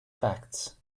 facts